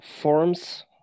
forms